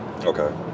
Okay